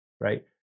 Right